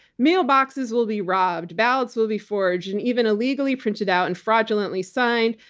mailboxes will be robbed, ballots will be forged, and even illegally printed out and fraudulently signed.